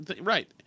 right